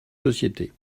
société